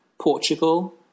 Portugal